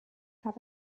have